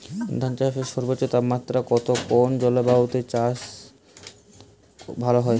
ধান চাষে সর্বোচ্চ তাপমাত্রা কত কোন জলবায়ুতে ধান চাষ ভালো হয়?